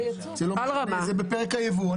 זה בפרק הייבוא.